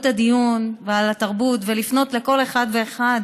הדיון ועל התרבות ולפנות לכל אחד ואחד.